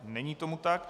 Není tomu tak.